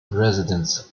residents